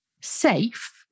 safe